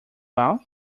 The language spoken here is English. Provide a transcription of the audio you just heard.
out